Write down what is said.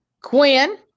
Quinn